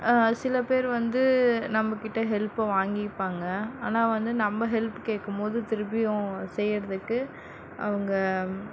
சில பேர் வந்து நம்ம கிட்டே ஹெல்ப்பை வாங்கிப்பாங்க ஆனால் வந்து நம்ம ஹெல்ப் கேட்கும் போது திருப்பி அவங்க செய்கிறதுக்கு அவங்க